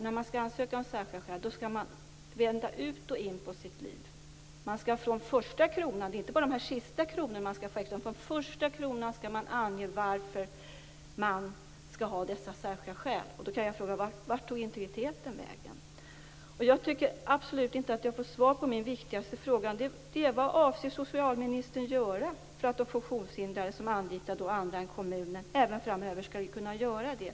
När man skall ansöka om särskilda skäl skall man vända ut och in på sitt liv. Inte bara för de sista kronorna utan man skall från den första kronan ange varför man skall ha dessa särskilda skäl. Då frågar jag: Vart tog integriteten vägen? Jag tycker absolut inte att jag har fått svar på min viktigaste fråga. Vad avser socialministern göra för att en funktionshindrad som anlitar andra än kommunen även framöver skall kunna göra det?